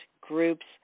groups